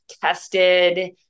tested